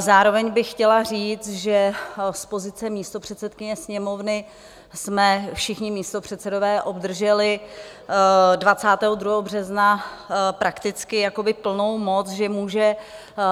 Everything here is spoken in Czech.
Zároveň bych chtěla říct, že z pozice místopředsedkyně Sněmovny jsme všichni místopředsedové obdrželi 22. března 2022 prakticky jakoby plnou moc, že může